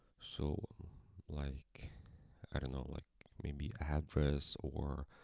so like i don't know like maybe address, or